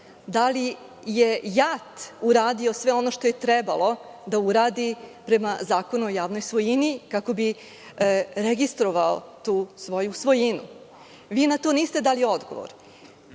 Da li je JAT uradio sve ono što je trebalo da uradi prema Zakonu o javnoj svojini kako bi registrovao tu svoju svojinu? Vi na to niste dali odgovor,